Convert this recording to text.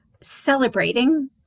celebrating